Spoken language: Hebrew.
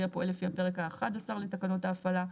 הפועל לפי פרק אחד עשר לתקנות ההפעלה".